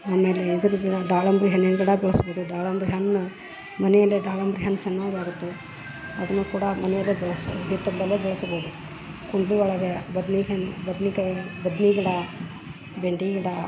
ಆಮೇಲೆ ಇದ್ರ ಗಿಡ ದಾಳಿಂಬೆ ಹಣ್ಣಿನ ಗಿಡ ಬೆಳ್ಸ್ಬೋದು ದಾಳಿಂಬೆ ಹಣ್ಣು ಮನೆಯಲ್ಲೇ ದಾಳಿಂಬೆ ಹಣ್ಣು ಚೆನ್ನಾಗಾಗತ್ತು ಅದ್ನು ಕೂಡ ಮನೆಯಲ್ಲೆ ಬೆಳಸಿ ಹಿತ್ತಲ್ದಲ್ಲೆ ಬೆಳಸ್ಬೋದು ಕುಂಡ್ಲಿ ಒಳಗೆ ಬದ್ನಿ ಹಣ್ಣ್ ಬದ್ನಿ ಕಾಯಿ ಬದ್ನಿ ಗಿಡ ಬೆಂಡಿ ಗಿಡ